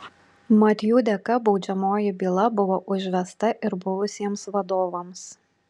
mat jų dėka baudžiamoji byla buvo užvesta ir buvusiems vadovams